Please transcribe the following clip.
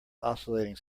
oscillating